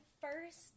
first